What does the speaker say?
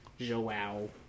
Joao